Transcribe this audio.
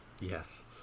Yes